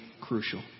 crucial